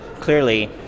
clearly